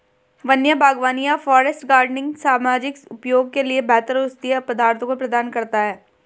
वन्य बागवानी या फॉरेस्ट गार्डनिंग सामाजिक उपयोग के लिए बेहतर औषधीय पदार्थों को प्रदान करता है